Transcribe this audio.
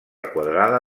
quadrada